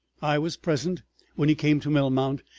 i was present when he came to melmount,